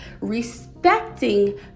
Respecting